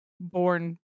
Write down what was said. born